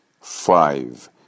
Five